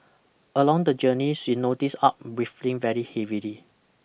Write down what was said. along the journey she noticed Aw breathing very heavily